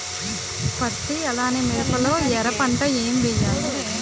పత్తి అలానే మిరప లో ఎర పంట ఏం వేయాలి?